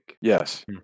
Yes